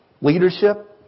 leadership